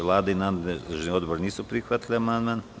Vlada i nadležni odbor nisu prihvatili amandman.